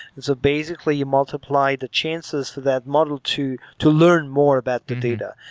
so basically, you multiply the chances for that model to to learn more about the data.